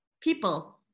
People